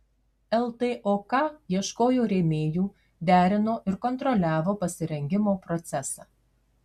ltok ieškojo rėmėjų derino ir kontroliavo pasirengimo procesą